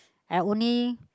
I only